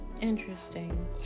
Interesting